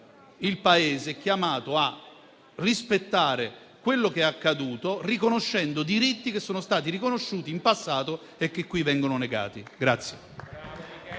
il Governo è chiamato a rispettare quello che è accaduto, riconoscendo diritti che sono stati riconosciuti in passato e che qui vengono negati.